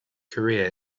korea